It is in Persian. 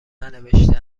ننوشته